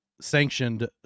sanctioned